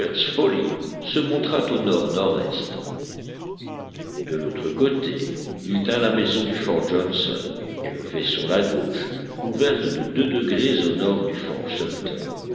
folly se montrât au nord nord est de l'autre côté il tint la maison du fort johnson élevé sur la gauche ouverte de deux degrés au nord du fort